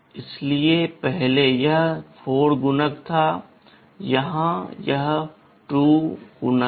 इसलिए पहले यह 4 गुणक था यहाँ यह 2 गुणक है